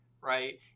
right